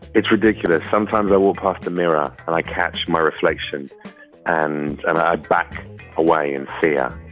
it's ridiculous. sometimes i will pass the mirror and i catch my reflection and i back away in fear. it's